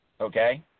Okay